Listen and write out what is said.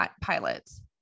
pilots